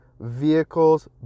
vehicles